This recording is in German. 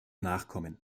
nachkommen